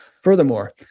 Furthermore